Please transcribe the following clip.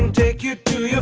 take you to